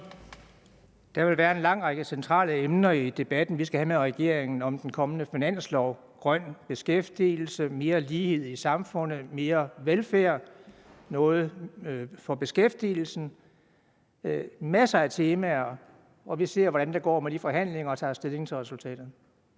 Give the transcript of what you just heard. Der vil være en lang række centrale emner i debatten, vi skal have med regeringen, om den kommende finanslov – grøn beskæftigelse, mere lighed i samfundet, mere velfærd, der skal gøres noget for beskæftigelsen. Der er masser af temaer, og vi ser, hvordan det går med de forhandlinger, og tager stilling til resultaterne.